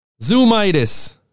Zoomitis